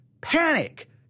panic